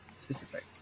specific